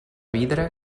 vidre